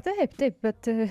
taip taip bet